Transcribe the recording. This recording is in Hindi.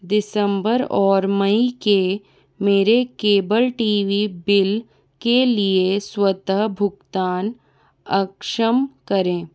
दिसंबर और मई के मेरे केबल टी वी बिल के लिए स्वतः भुगतान अक्षम करें